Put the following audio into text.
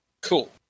Cool